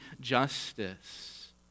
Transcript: justice